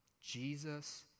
Jesus